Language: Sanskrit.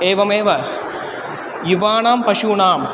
एवमेव युवानां पशूनाम्